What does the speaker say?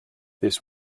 this